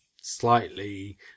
slightly